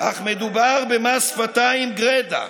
אך מדובר במס שפתיים גרידא.